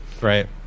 Right